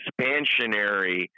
expansionary –